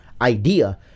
idea